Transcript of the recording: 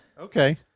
Okay